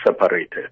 separated